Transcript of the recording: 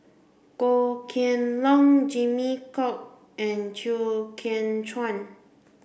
Goh Kheng Long Jimmy Chok and Chew Kheng Chuan